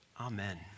Amen